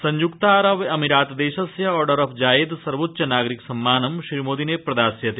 संयुक्तारबामीरात देशस्य order of Zayed सर्वोच्च नागरिक सम्मानं श्रीमोदिने प्रदास्यते